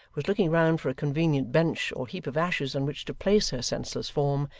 was looking round for a convenient bench or heap of ashes on which to place her senseless form,